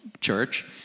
church